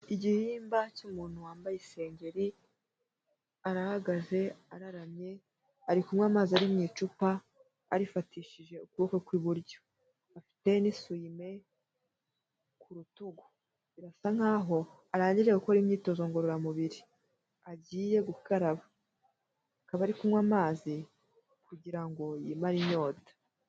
Igihimba cy'umuntu wambaye isengeri, arahagaze araramye ari kunywa amazi ari mu icupa arifatishije ukuboko kw'iburyo, afite n'isume ku rutugu, birasa nk'aho arangije gukora imyitozo ngororamubiri, agiye gukaraba, akaba ari kunywa amazi kugira ngo yimare inyota.